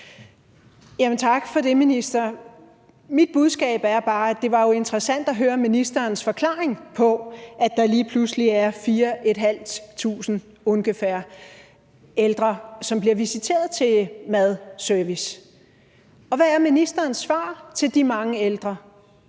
tak for det, minister. Mit budskab er bare, at det jo ville være interessant at høre ministerens forklaring på, at der lige pludselig er 4.500 – ungefær – færre ældre, som bliver visiteret til madservice. Hvad er ministerens svar til de mange ældre?